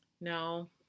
No